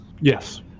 Yes